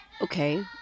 okay